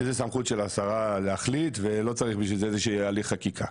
וזה סמכות של השרה להחליט ולא צריך בשביל זה הליך חקיקה,